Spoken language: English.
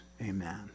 amen